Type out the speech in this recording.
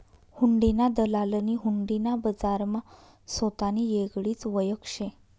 हुंडीना दलालनी हुंडी ना बजारमा सोतानी येगळीच वयख शे